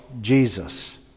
Jesus